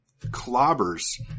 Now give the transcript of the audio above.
clobbers